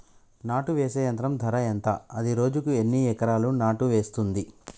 నాటు వేసే యంత్రం ధర ఎంత? అది రోజుకు ఎన్ని ఎకరాలు నాటు వేస్తుంది?